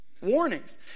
Warnings